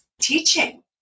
teaching